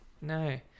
no